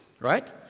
Right